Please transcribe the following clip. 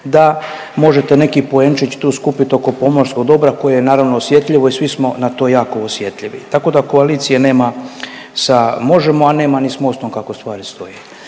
da možete neki poenčić tu skupiti oko pomorskog dobra koje je naravno osjetljivo i svi smo na to jako osjetljivi. Tako da koalicije nema sa Možemo, a nema ni MOST-om kako stvari stoje.